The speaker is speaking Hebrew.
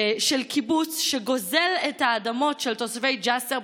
לקיבוץ שגוזל את האדמות של תושבי ג'יסר,